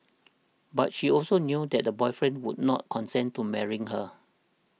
but she also knew that the boyfriend would not consent to marrying her